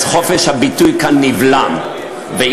חופש הביטוי נבלם כאן,